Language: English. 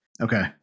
Okay